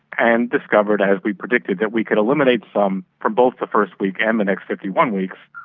and discovered, as we predicted, that we could eliminate some from both the first week and the next fifty one weeks,